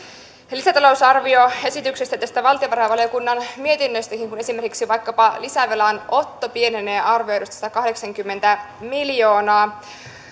lisätalousarvioesityksestä tästä valtiovarainvaliokunnan mietinnöstäkin kun esimerkiksi vaikkapa lisävelanotto pienenee arvioidusta satakahdeksankymmentä miljoonaa